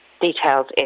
details